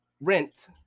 rent